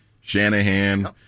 Shanahan